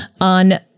on